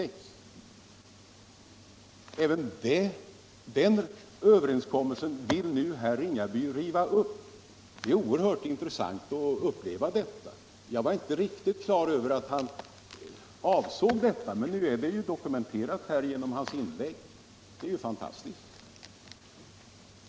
Även den överenskommelsen vill nu herr Ringaby riva upp. Det är mycket intressant att få detta dokumenterat. Jag var inte riktigt på det klara med vad herr Ringaby konkret avsåg, men nu är det dokumenterat här genom hans inlägg. Det är ganska fantastiskt.